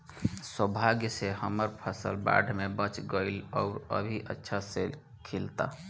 सौभाग्य से हमर फसल बाढ़ में बच गइल आउर अभी अच्छा से खिलता